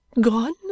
gone